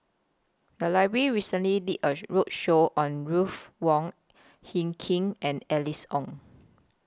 The Library recently did A roadshow on Ruth Wong Hie King and Alice Ong